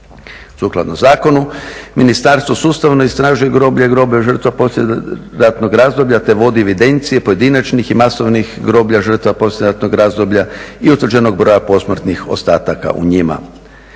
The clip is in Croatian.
Sukladno zakonu ministarstvo sustavno istražuje groblja i groblja žrtava poslijeratnog razdoblja te vodi evidencije pojedinačnih i masovnih groblja žrtva poslijeratnog razdoblja i utvrđenog broja posmrtnih ostatak u njima.